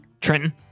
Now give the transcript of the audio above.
Trenton